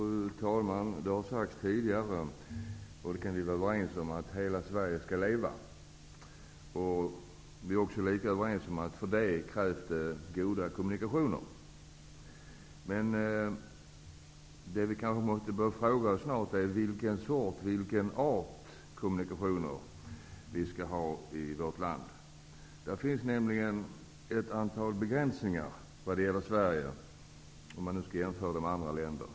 Fru talman! Det har sagts tidigare att hela Sverige skall leva, och det kan vi vara överens om. Vi är också lika överens om att det krävs goda kommunikationer för att uppnå detta. Men vi kanske snart måste börja fråga oss vilken sorts kommunikationer vi skall ha i vårt land. Det finns nämligen vad gäller Sverige ett antal begränsningar, vilket man ser vid en jämförelse med andra länder.